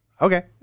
Okay